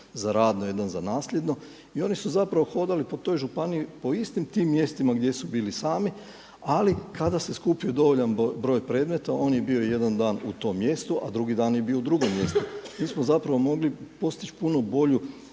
jedan za radno, jedan za nasljedno i oni su hodali po toj županiji po istim tim mjestima gdje su bili sami, ali kada se skupio dovoljan broj predmeta on je bio jedan u tom mjestu, a drugi dan je bio u drugom mjestu. Mi smo zapravo mogli postići puno bolju